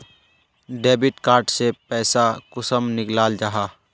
Debit card से पैसा कुंसम निकलाल जाहा?